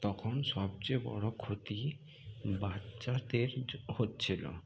তখন সবচেয়ে বড় ক্ষতি বাচ্চারদের হচ্ছিল